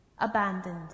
abandoned